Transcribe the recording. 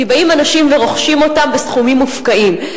כי באים אנשים ורוכשים אותם בסכומים מופקעים.